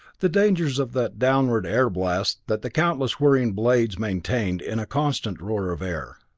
the dangers of that downward airblast that the countless whirring blades maintained in a constant roar of air.